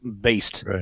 based